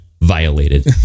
violated